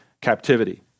captivity